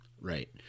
Right